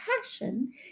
passion